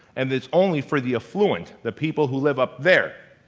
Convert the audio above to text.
and its only for the affluent, the people who live up there,